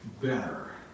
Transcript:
better